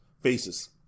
Faces